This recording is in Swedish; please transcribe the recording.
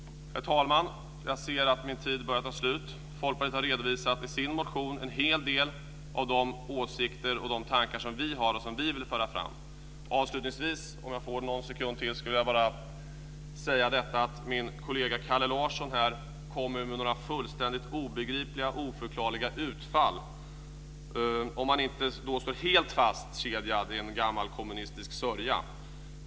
Herr talman! Jag ser att min talartid börjar ta slut. Folkpartiet har i sin motion redovisat en hel del av de åsikter och tankar som vi har och som vi vill föra fram. Om jag får någon sekund till vill jag avslutningsvis bara säga att min kollega Kalle Larsson här kom med några fullständigt obegripliga och oförklarliga utfall - om man inte står helt fastkedjad i en gammalkommunistisk sörja.